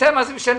מה זה משנה?